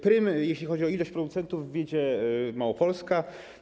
Prym, jeśli chodzi o liczbę producentów, wiedzie Małopolska.